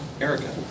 Erica